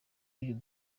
bill